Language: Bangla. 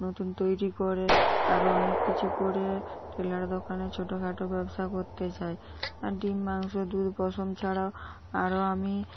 নতুন তৈরি করে আরো অনেক কিছু করে টেলার দোকানে ছোটখাটো ব্যবসা করতে চাই আর ডিম মাংস দুধ পশম ছাড়াও আরো আমি